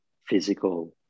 physical